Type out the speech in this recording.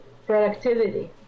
Productivity